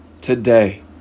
today